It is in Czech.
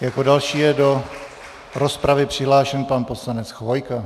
Jako další je do rozpravy přihlášen pan poslanec Chvojka.